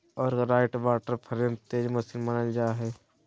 Arkwright water frame तेज machine मानल जा हई